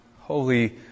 holy